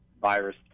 virus